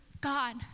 God